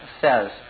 says